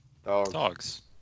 Dogs